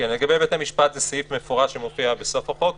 לגבי בתי המשפט זה סעיף מפורש שמופיע בסוף החוק,